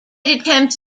attempts